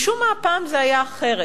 משום מה, הפעם זה היה אחרת,